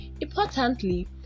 Importantly